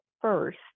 first